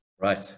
right